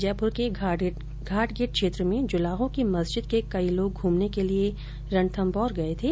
जयपुर के घाटघेट क्षेत्र में जुलाहो की मस्जिद के कई लोग घूमने के लिए रणथम्भौर गये थे